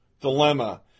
Dilemma